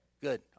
good